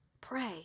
pray